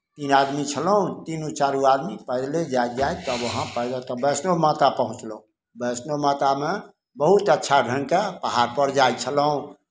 तीन आदमी छलहुँ तीनू चारू आदमी पैदले जाइत जाइत तब वहाँ पैदल तऽ वैष्णो माता पहुँचलहुँ वैष्णो मातामे बहुत अच्छा ढङ्गके पहाड़पर जाइ छलहुँ